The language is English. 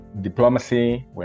diplomacy